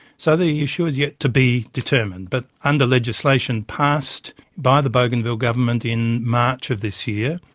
so the issue is yet to be determined, but under legislation passed by the bougainville government in march of this year,